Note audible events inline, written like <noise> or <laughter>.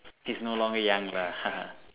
he is no longer young lah <laughs>